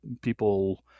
people